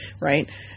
right